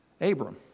Abram